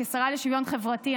כשרה לשוויון חברתי,